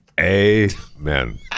Amen